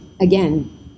again